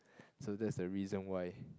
so that's the reason why